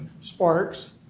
sparks